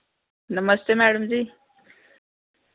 नमस्ते madam जी